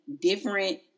different